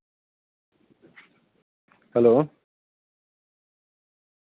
hello